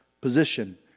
position